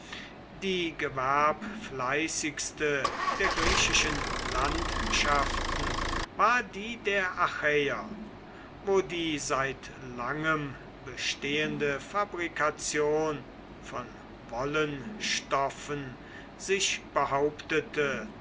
die gewerbfleißigste der griechischen landschaften war die der achäer wo die seit langem bestehende fabrikation von wollenstoffen sich behauptete